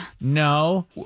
No